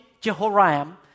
Jehoram